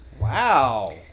Wow